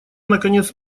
наконец